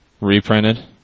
reprinted